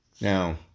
Now